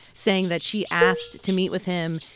saying that she asked to meet with him,